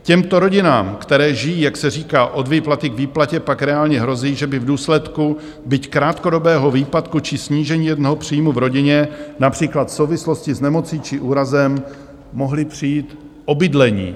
Těmto rodinám, které žijí, jak se říká, od výplaty k výplatě, pak reálně hrozí, že by v důsledku byť krátkodobého výpadku či snížení jednoho příjmu v rodině, například v souvislosti s nemocí či úrazem, mohli přijít o bydlení.